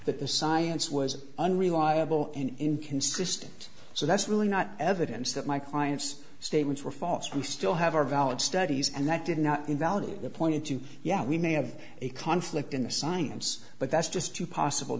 that the science was unreliable and inconsistent so that's really not evidence that my client's statements were false we still have our valid studies and that did not invalidate the point to yeah we may have a conflict in the science but that's just two possible